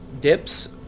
dips